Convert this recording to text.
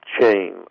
chain